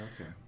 Okay